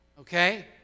Okay